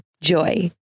Joy